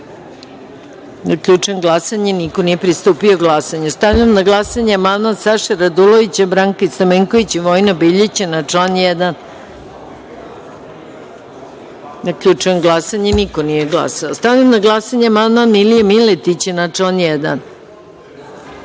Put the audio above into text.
1.Zaključujem glasanje: niko nije pristupio glasanju. Stavljam na glasanje amandman Saše Radulovića, Branke Stamenković i Vojina Biljića na član 1.Zaključujem glasanje: Niko nije glasao. Stavljam na glasanje amandman Milije Miletića na član